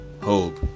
hope